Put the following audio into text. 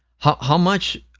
how much.